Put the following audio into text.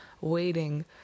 waiting